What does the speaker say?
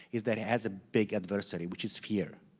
is that it has a big adversary, which is fear,